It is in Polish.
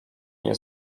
nie